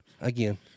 again